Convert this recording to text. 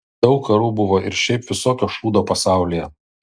daug karų buvo ir šiaip visokio šūdo pasaulyje